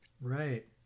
Right